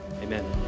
Amen